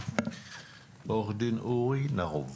עו"ד אורי נרוב.